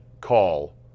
call